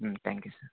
thank you sir